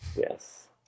yes